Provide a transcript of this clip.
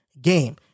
game